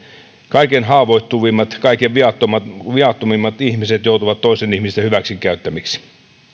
kaikkein haavoittuvimmat kaikkein viattomimmat viattomimmat ihmiset joutuvat toisten ihmisten hyväksikäyttämiksi